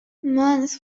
mons